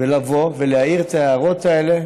ולבוא ולהעיר את ההערות האלה,